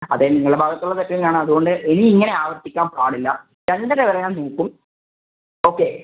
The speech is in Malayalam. അതെ നിങ്ങളുടെ ഭാഗത്ത് ഉള്ള തെറ്റ് തന്നെ ആണ് അതുകൊണ്ട് ഇനി ഇങ്ങനെ ആവർത്തിക്കാൻ പാടില്ല രണ്ടര വരെ ഞാൻ നോക്കും ഓക്കെ